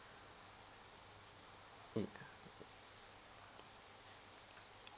mm